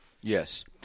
Yes